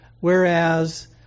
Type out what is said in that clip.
whereas